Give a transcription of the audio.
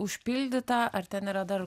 užpildyta ar ten yra dar